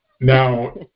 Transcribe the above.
Now